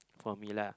for me lah